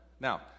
now